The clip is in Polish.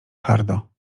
hardo